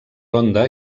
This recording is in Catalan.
ronda